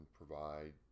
provide